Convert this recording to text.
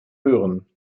hören